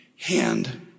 hand